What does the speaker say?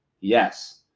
yes